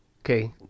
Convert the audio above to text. Okay